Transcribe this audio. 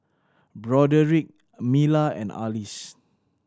Broderick Mila and Arlis